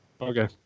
Okay